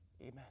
amen